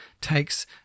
takes